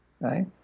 right